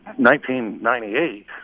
1998